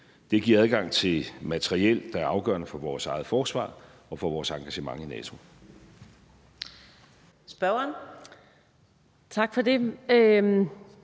Det giver adgang til materiel, der er afgørende for vores eget forsvar og for vores engagement i NATO. Kl. 13:03 Fjerde